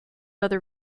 other